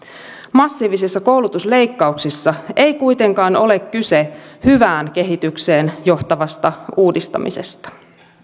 massiivisissa koulutusleikkauksissa ei kuitenkaan ole kyse hyvään kehitykseen johtavasta uudistamisesta